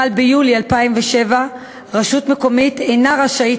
החל ביולי 2007 רשות מקומית אינה רשאית